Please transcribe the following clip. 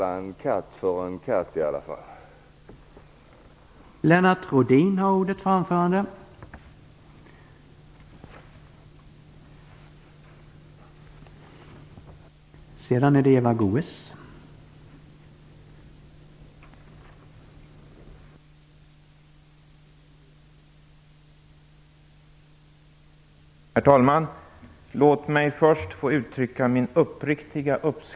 Jag menar att man väl i alla fall skall kalla en katt för en katt.